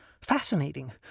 Fascinating